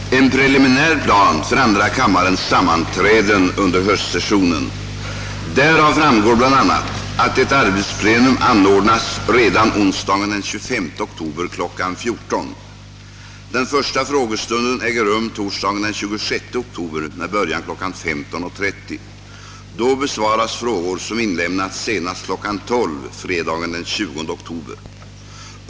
Jag hälsar kammarens ärade ledamöter välkomna till årets höstsession, som härmed förklaras öppnad. Till kammarens ledamöter har utdelats en preliminär plan för andra kammarens sammanträden under höstsessionen. Därav framgår bl.a. att ett arbetsplenum anordnas redan onsdagen den 25 oktober kl. 14.00. Den första frågestunden äger rum torsdagen den 26 oktober med början kl. 15.30. Då besvaras frågor som inlämnats senast kl. 12.00 fredagen den 20 oktober.